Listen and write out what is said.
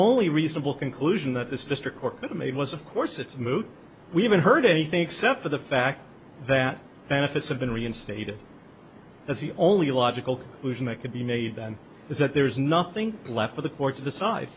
only reasonable conclusion that this district court made was of course it's moot we haven't heard anything except for the fact that benefits have been reinstated as the only logical conclusion that could be made then is that there is nothing left for the court to decide